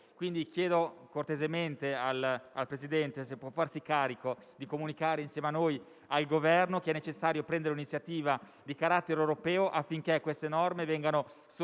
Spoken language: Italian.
Quindi chiedo cortesemente al Presidente se può farsi carico di comunicare insieme a noi al Governo che è necessario prendere un'iniziativa di carattere europeo affinché queste norme vengano sospese,